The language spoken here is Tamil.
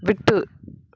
விட்டு